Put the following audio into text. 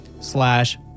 slash